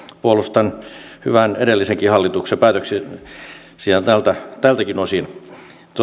puolustan hyvän edellisenkin hallituksen päätöksiä tältäkin osin